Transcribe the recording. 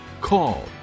call